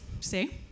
See